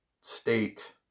state